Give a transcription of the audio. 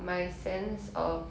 my sense of